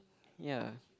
ya